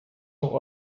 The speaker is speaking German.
noch